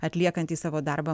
atliekantį savo darbą